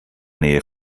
nähe